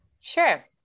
Sure